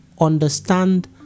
understand